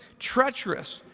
treacherous,